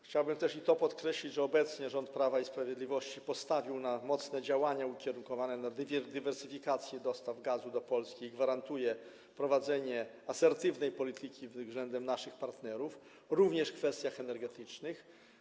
Chciałbym też podkreślić i to, że obecnie rząd Prawa i Sprawiedliwości postawił na mocne działania ukierunkowane na dywersyfikację dostaw gazu do Polski i gwarantuje prowadzenie asertywnej polityki względem naszych partnerów, również w kwestiach energetycznych.